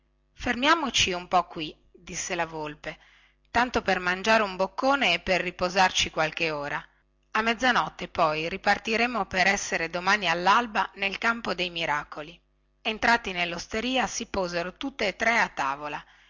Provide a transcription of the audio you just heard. fermiamoci un po qui disse la volpe tanto per mangiare un boccone e per riposarci qualche ora a mezzanotte poi ripartiremo per essere domani allalba nel campo dei miracoli entrati nellosteria si posero tutti e tre a tavola